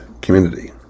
community